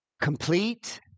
complete